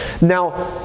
Now